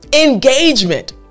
engagement